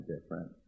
different